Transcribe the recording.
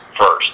first